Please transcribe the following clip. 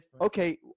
Okay